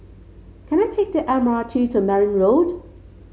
can I take the M R T to Merryn Road